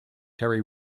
terry